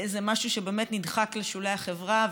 זה משהו שנדחק לשולי החברה,